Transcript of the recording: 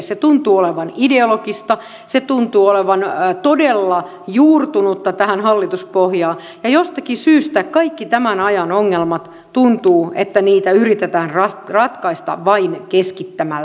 se tuntuu olevan ideologista se tuntuu olevan todella juurtunutta tähän hallituspohjaan ja tuntuu että jostakin syystä kaikkia tämän ajan ongelmia yritetään ratkaista vain keskittämällä